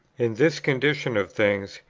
in this condition of things,